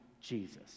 Jesus